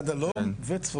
עד הלום וצפונית.